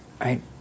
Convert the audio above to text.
right